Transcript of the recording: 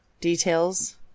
details